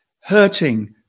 hurting